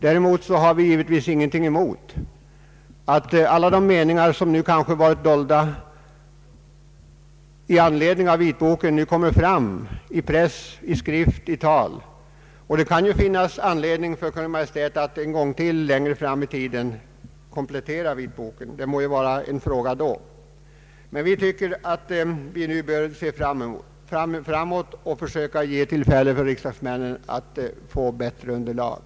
Däremot har vi givetvis ingenting emot att alla de uppfattningar som inte kommit in i vitboken, nu kommer fram i press, i skrift, i tal. Det kan finnas anledning för Kungl. Maj:t att någon gång i framtiden komplettera vit boken, men den frågan får avgöras då. Vi tycker att vi nu bör se framåt och försöka skapa tillfälle för riksdagsmännen att få bättre beslutsunderlag.